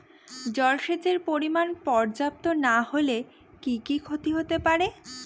জলসেচের পরিমাণ পর্যাপ্ত না হলে কি কি ক্ষতি হতে পারে?